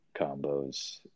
combos